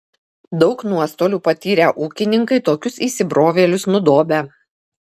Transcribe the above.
daug nuostolių patyrę ūkininkai tokius įsibrovėlius nudobia